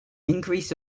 increase